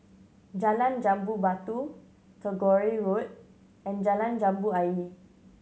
Jalan Jambu Batu Tagore Road and Jalan Jambu Ayer